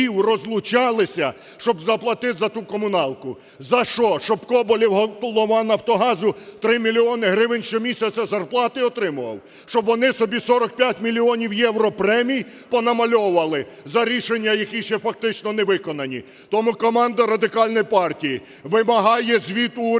Тому команда Радикальної партії вимагає звіту уряду